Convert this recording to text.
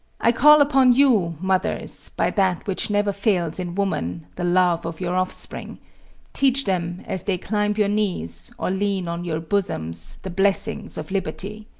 i call upon you, mothers, by that which never fails in woman, the love of your offspring teach them, as they climb your knees, or lean on your bosoms, the blessings of liberty.